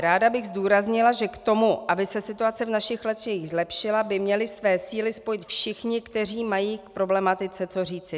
Ráda bych zdůraznila, že k tomu, aby se situace v našich lesích zlepšila, by měli své síly spojit všichni, kteří mají k problematice co říci.